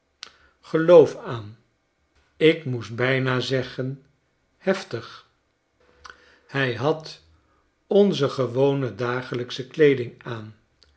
geloof aan ik moest bijna zeggen heftig hij had onze gewone dagelijksche kleeding aan